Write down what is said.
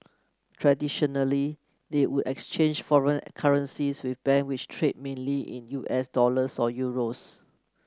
traditionally they would exchange foreign currencies with bank which trade mainly in U S dollars or euros